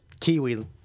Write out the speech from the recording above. Kiwi